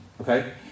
okay